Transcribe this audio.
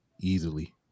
easily